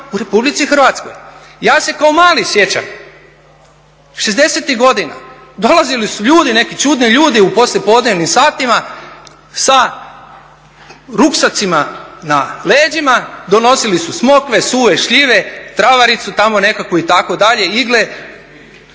u Republici Hrvatskoj. Ja se kao mali sjećam, 60.-tih godina dolazili su ljudi, neki čudni ljudi u poslijepodnevnim satima sa ruksacima na leđima, donosili su smokve, suhe šljive, travaricu tamo nekakvu itd. igle,